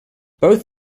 both